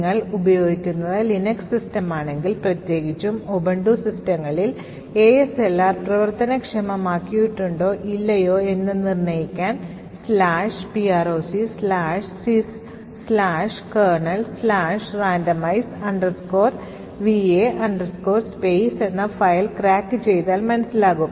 നിങ്ങൾ ഉപയോഗിക്കുന്നത് ലിനക്സ് സിസ്റ്റമാണെങ്കിൽ പ്രത്യേകിച്ചും Ubuntu സിസ്റ്റങ്ങളിൽ ASLR പ്രവർത്തനക്ഷമമാക്കിയിട്ടുണ്ടോ ഇല്ലയോ എന്ന് നിർണ്ണയിക്കാൻ procsyskernelrandomize va space എന്ന ഫയൽ ക്രാക്ക് ചെയ്താൽ മനസിലാകും